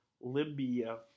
Libya